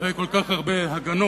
אחרי כל כך הרבה הגנות,